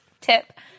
tip